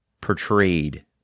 portrayed